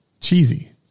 cheesy